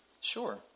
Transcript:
sure